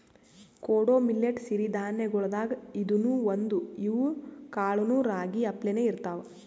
ಕೊಡೊ ಮಿಲ್ಲೆಟ್ ಸಿರಿ ಧಾನ್ಯಗೊಳ್ದಾಗ್ ಇದೂನು ಒಂದು, ಇವ್ ಕಾಳನೂ ರಾಗಿ ಅಪ್ಲೇನೇ ಇರ್ತಾವ